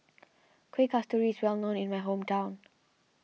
Kueh Kasturi is well known in my hometown